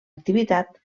activitat